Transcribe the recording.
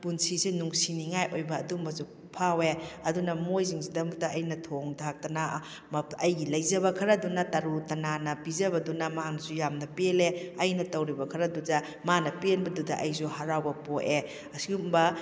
ꯄꯨꯟꯁꯤꯁꯦ ꯅꯨꯡꯁꯤꯅꯤꯡꯉꯥꯏ ꯑꯣꯏꯕ ꯑꯗꯨꯒꯨꯝꯕꯁꯨ ꯐꯥꯎꯋꯦ ꯑꯗꯨꯅ ꯃꯣꯏ ꯁꯤꯡꯁꯤꯒꯤꯗꯃꯛꯇ ꯑꯩꯅ ꯊꯣꯡ ꯊꯥꯛꯇꯅ ꯑꯩꯒꯤ ꯂꯩꯖꯕ ꯈꯔꯗꯨꯅ ꯇꯔꯨ ꯇꯅꯥꯟꯅ ꯄꯤꯖꯕꯗꯨꯅ ꯃꯥꯅꯁꯨ ꯌꯥꯝꯅ ꯄꯦꯟꯂꯦ ꯑꯩꯅ ꯇꯧꯔꯤꯕ ꯈꯔꯗꯨꯗ ꯃꯥꯅ ꯄꯦꯟꯕꯗꯨꯗ ꯑꯩꯁꯨ ꯍꯔꯥꯎꯕ ꯄꯣꯛꯑꯦ ꯑꯁꯤꯒꯨꯝꯕ